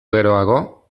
geroago